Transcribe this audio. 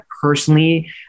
personally